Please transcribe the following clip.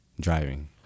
driving